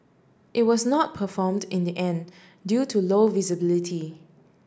it was not performed in the end due to low visibility